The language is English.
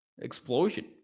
explosion